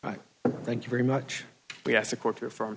thank you very much we asked a quarter from